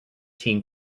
team